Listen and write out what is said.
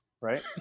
Right